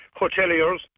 hoteliers